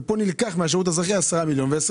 פה נלקחו מהשירות האזרחי 10 מיליון ו-20